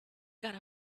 got